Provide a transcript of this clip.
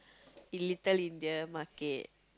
Little India market